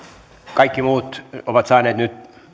kaikki muut ovat saaneet nyt